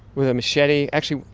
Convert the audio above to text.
with a machete. actually,